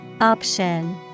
Option